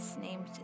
named